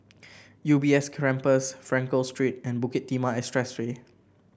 U B S Campus Frankel Street and Bukit Timah